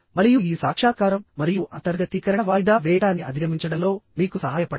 మరియు ఈ సాక్షాత్కారం మరియు అంతర్గతీకరణ వాయిదా వేయడాన్ని అధిగమించడంలో మీకు సహాయపడతాయి